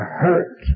hurt